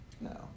No